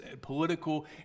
political